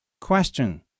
question